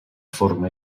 forma